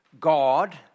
God